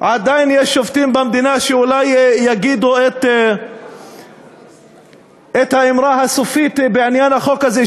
עדיין יש שופטים במדינה שאולי יגידו את האמרה הסופית בעניין החוק הזה,